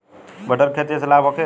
मटर के खेती से लाभ होखे?